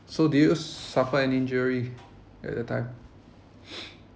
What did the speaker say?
so did you suffer any injury at that time